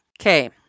Okay